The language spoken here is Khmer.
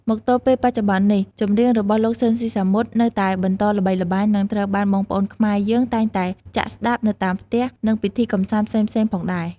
មកទល់ពេលបច្ចុប្បន្ននេះ ចម្រៀងរបស់លោកតាស៊ីនស៊ីសាមុត នៅតែបន្តល្បីល្បាញនិងត្រូវបានបងប្អូនខ្មែរយើងតែងតែចាក់ស្តាប់នៅតាមផ្ទះ និងពិធីកម្សាន្តផ្សេងៗផងដែរ ។